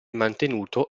mantenuto